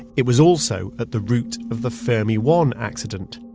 it was also at the root of the fermi one accident,